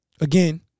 Again